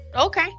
okay